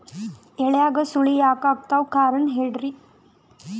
ಎಲ್ಯಾಗ ಸುಳಿ ಯಾಕಾತ್ತಾವ ಕಾರಣ ಹೇಳ್ರಿ?